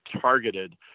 targeted